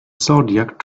zodiac